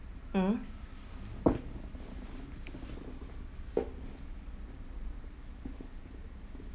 mm